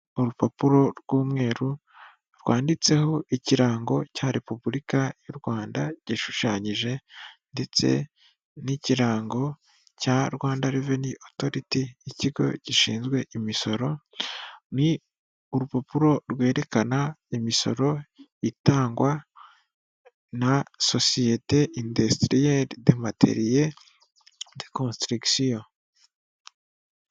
Urupapuro rw'umweru rwanditseho ikirango cya Repubulika y'u Rwanda gishushanyije ndetse n'ikirango cya Rwanda Revenue Authority, ikigo gishinzwe imisoro, ni urupapuro rwerekana imisoro itangwa na sosiyete Industrielle de Materiaux de Constriction.